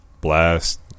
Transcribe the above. Blast